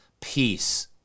peace